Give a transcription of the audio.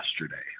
yesterday